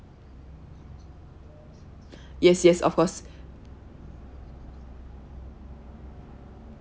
yes yes of course